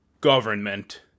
government